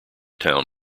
town